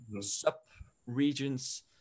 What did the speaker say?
sub-regions